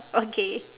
okay